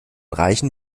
reichen